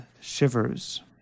Shivers